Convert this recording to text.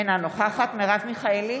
אינה נוכחת מרב מיכאלי,